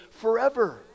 forever